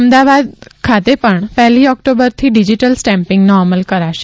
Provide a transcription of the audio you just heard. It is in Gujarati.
અમદાવાદમાં પણ પહેલી ઓક્ટોબરથી ડિજીટલ સ્ટેમ્પિંગનો અમલ કરાશે